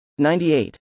98